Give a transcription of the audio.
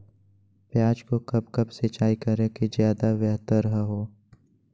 प्याज को कब कब सिंचाई करे कि ज्यादा व्यहतर हहो?